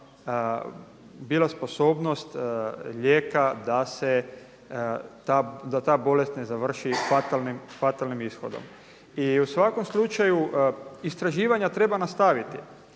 bila sposobnost lijeka da se ta, da ta bolest ne završi fatalnim ishodom. I u svakom slučaju istraživanja treba nastaviti.